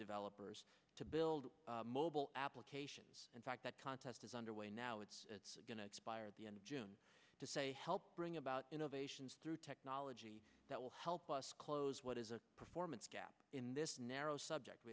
developers to build mobile applications in fact that contest is underway now it's going to expire at the end of june to say help bring about innovations through technology that will help us close what is a performance gap in this narrow subject